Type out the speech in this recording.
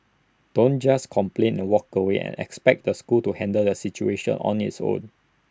don't just complain and walk away and expect the school to handle the situation on its own